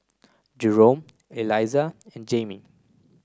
Jerome Eliza and Jayme